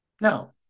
Now